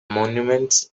monuments